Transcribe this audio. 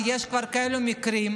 ויש כבר כאלה מקרים,